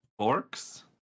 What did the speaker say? Orcs